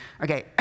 Okay